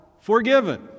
forgiven